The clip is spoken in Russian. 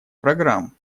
программ